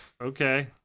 Okay